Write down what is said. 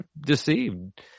deceived